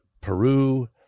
Peru